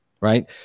right